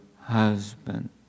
husband